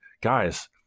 guys